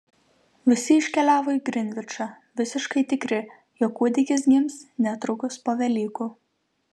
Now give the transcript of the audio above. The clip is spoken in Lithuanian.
visi iškeliavo į grinvičą visiškai tikri jog kūdikis gims netrukus po velykų